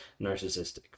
narcissistic